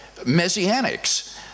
Messianics